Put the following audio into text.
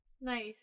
Nice